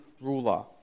ruler